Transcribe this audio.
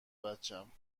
بچم